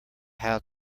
how